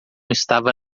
estava